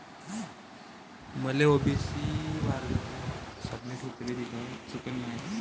मले ओ.बी.सी वर्गातून टॅक्टर खरेदी कराचा हाये त कोनच्या योजनेतून मले टॅक्टर मिळन?